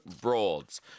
Broads